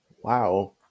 Wow